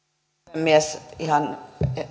puhemies olen ihan